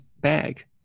bag